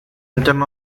symptom